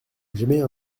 j’émets